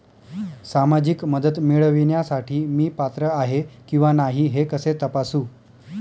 सामाजिक मदत मिळविण्यासाठी मी पात्र आहे किंवा नाही हे कसे तपासू?